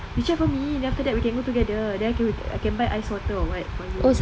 you check for me then after that we can go together then I I can buy ice water or [what] on the way